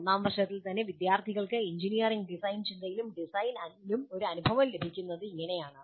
ഒന്നാം വർഷത്തിൽ തന്നെ വിദ്യാർത്ഥികൾക്ക് എഞ്ചിനീയറിംഗ് ഡിസൈൻ ചിന്തയിലും ഡിസൈനിലും ഒരു അനുഭവം ലഭിക്കുന്നത് അങ്ങനെയാണ്